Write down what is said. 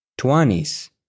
tuanis